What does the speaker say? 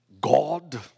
God